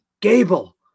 Gable